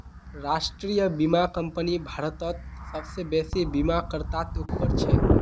राष्ट्रीय बीमा कंपनी भारतत सबसे बेसि बीमाकर्तात उपर छ